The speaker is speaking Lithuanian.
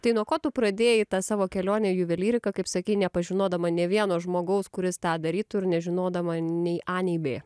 tai nuo ko tu pradėjai tą savo kelionę į juvelyriką kaip sakei nepažinodama nė vieno žmogaus kuris tą darytų ir nežinodama nei a nei bė